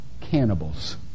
cannibals